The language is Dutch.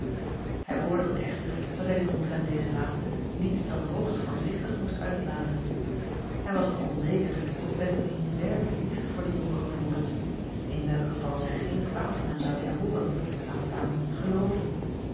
ij oordeelde echter dat hij zich omtrent dezen laatste niet dan hoogst voorzichtig moest uitlaten hij was nog onzeker of ettemie niet werkelijk liefde voor den onker gevoelde in welk geval zij geen kwaad van hem zou willen hooren laat staan gelooven